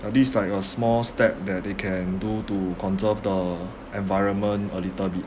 at least like a small step that they can do to conserve the environment a little bit